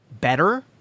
better